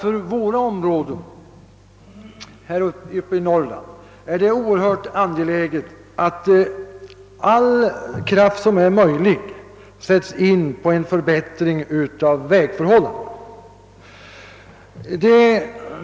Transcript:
För områdena i norr är det oerhört angeläget, att all möjlig kraft sätts in på en förbättring av vägförhållandena.